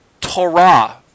Torah